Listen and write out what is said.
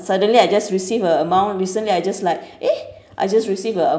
suddenly I just receive a amount recently I just like eh I just receive a